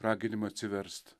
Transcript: raginimą atsiverst